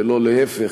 ולא להפך,